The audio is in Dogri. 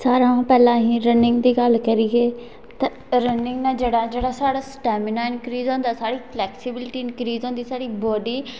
सारे गा पैह्लै अस रनिंग दी करचै रनिंग दा जेह्ड़ा साड़ा स्टैमिना इंक्रीज़ होंदा साड़ी फ्लैक्सिबिल्टी इंक्रींज़ होंदी साड़ी बॉड़ी